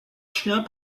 chiens